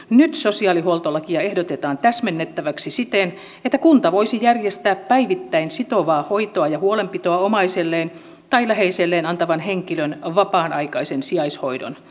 nyt sosiaalihuoltolakia ehdotetaan täsmennettäväksi siten että kunta voisi järjestää päivittäin sitovaa hoitoa ja huolenpitoa omaiselleen tai läheiselleen antavan henkilön vapaan aikaisen sijaishoidon